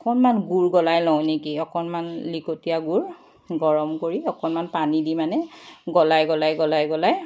অকণমান গুড় গলাই লওঁ নেকি অকণমান লিকতীয়া গুড় গৰম কৰি অকণমান পানী দি মানে গলাই গলাই গলাই গলাই